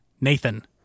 nathan